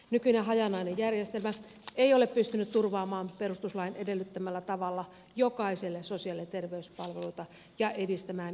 nykyinen hajanainen järjestelmä ei ole pystynyt turvaamaan perustuslain edellyttämällä tavalla jokaiselle sosiaali ja terveyspalveluita ja edistämään väestömme terveyttä